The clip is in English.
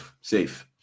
Safe